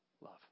love